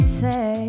say